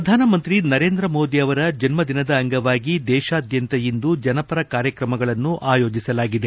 ಪ್ರಧಾನಮಂತ್ರಿ ನರೇಂದ್ರ ಮೋದಿ ಅವರ ಜನ್ಮದಿನದ ಅಂಗವಾಗಿ ದೇಶಾದ್ಯಂತ ಇಂದು ಜನಪರ ಕಾರ್ಯಕ್ರಮಗಳನ್ನು ಆಯೋಜಿಸಲಾಗಿದೆ